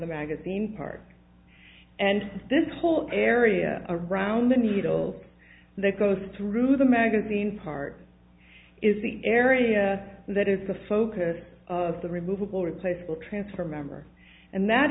the magazine part and this whole area around the needle that goes through the magazine part is the area that is the focus of the removable replaceable transfer member and that